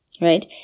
right